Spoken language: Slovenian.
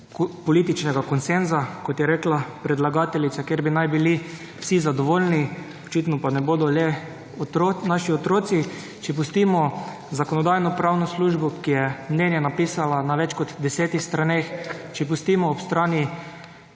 političnega konsenza, kot je rekla predlagateljica, kjer bi naj bili vsi zadovoljni, očitno pa ne bodo le naši otroci, če pustimo Zakonodajno-pravno službo, ki je mnenje napisala na več kot desetih straneh, če pustimo ob strani